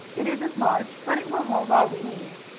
it isn't large, but it will hold all we need.